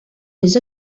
més